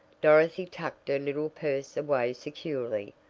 dorothy tucked her little purse away securely,